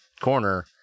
corner